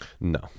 No